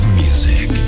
music